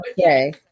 Okay